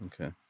Okay